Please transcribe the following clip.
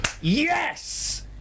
yes